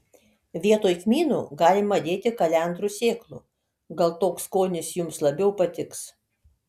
vietoj kmynų galima dėti kalendrų sėklų gal toks skonis jums labiau patiks